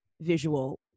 visual